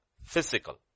physical